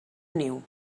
niu